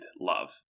love